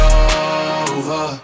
over